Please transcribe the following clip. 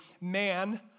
man